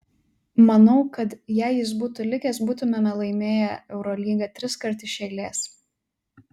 manau kad jei jis būtų likęs būtumėme laimėję eurolygą triskart iš eilės